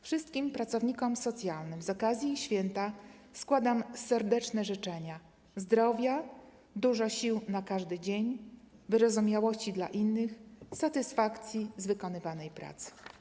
Wszystkim pracownikom socjalnym z okazji ich święta składam serdeczne życzenia zdrowia, dużo sił na każdy dzień, wyrozumiałości dla innych, satysfakcji z wykonywanej pracy.